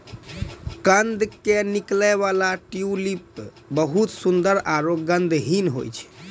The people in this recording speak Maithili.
कंद के निकलै वाला ट्यूलिप बहुत सुंदर आरो गंधहीन होय छै